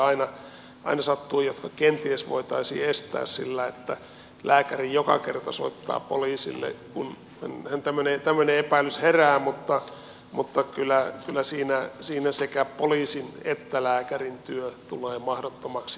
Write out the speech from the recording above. tietenkin aina sattuu yksittäistapauksia jotka kenties voitaisiin estää sillä että lääkäri joka kerta soittaa poliisille kun tämmöinen epäilys herää mutta kyllä siinä sekä poliisin että lääkärin työ tulee mahdottomaksi